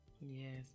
Yes